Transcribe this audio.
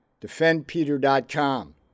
defendpeter.com